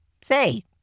Say